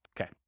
Okay